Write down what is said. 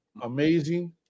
amazing